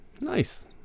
nice